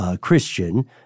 Christian